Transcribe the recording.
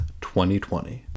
2020